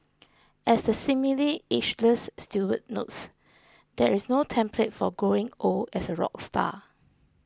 as the seemingly ageless Stewart notes there is no template for growing old as a rock star